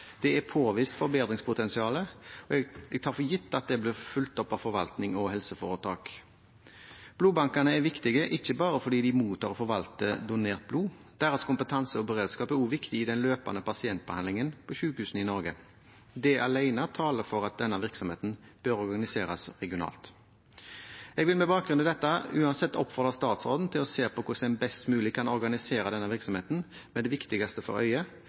Det er påvist forbedringspotensial. Jeg tar for gitt at det blir fulgt opp av forvaltning og helseforetak. Blodbankene er viktige ikke bare fordi de mottar og forvalter donert blod. Deres kompetanse og beredskap er også viktig i den løpende pasientbehandlingen på sykehusene i Norge. Det alene taler for at denne virksomheten bør organiseres regionalt. Jeg vil med bakgrunn i dette uansett oppfordre statsråden til å se på hvordan en best mulig kan organisere denne virksomheten med det viktigste for